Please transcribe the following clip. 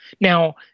Now